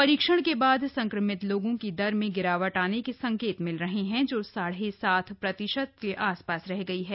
परीक्षण के बाद संक्रमित लोगों की दर में गिरावट आने के संकेत मिल रहे हैं जो साढ़े सात प्रतिशत के आस पास रह गई है